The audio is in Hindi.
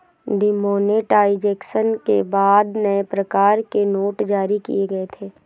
डिमोनेटाइजेशन के बाद नए प्रकार के नोट जारी किए गए थे